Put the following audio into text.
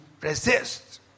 resist